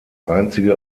einzige